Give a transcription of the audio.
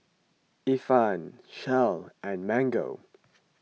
Ifan Shell and Mango